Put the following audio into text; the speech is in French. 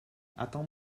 attends